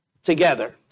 Together